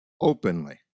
Openly